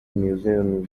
museum